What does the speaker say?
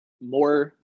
more